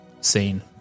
scene